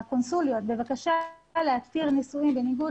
לקונסוליות בבקשה להתיר נישואים בניגוד